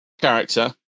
character